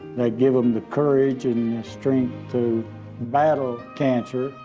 they give them the courage and the strength to battle cancer.